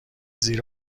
زیر